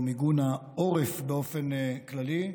או מיגון העורף באופן כללי,